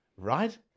Right